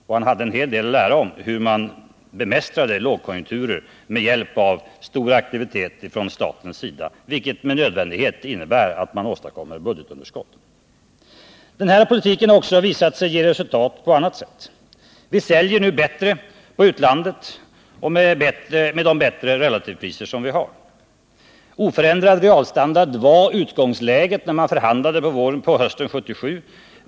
Och han hade en hel del att lära om hur man bemästrar lågkonjunkturer med hjälp av stor aktivitet från statens sida, vilket av och till innebär att man åstadkommer budgetunderskott. Den här politiken har också visat sig ge resultat på annat sätt. Vi säljer nu bättre på utlandet med de bättre relativpriser som vi har. Oförändrad realstandard var utgångsläget när man förhandlade på hösten 1977.